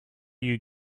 you